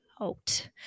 out